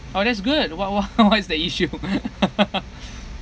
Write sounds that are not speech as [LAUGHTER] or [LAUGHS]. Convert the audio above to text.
oh that's good what wha~ what is the issue [LAUGHS]